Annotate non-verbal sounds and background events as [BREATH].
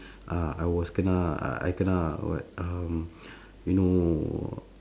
uh I was kena I I kena what um [BREATH] you know